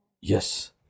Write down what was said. Yes